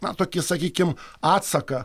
na tokį sakykim atsaką